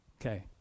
okay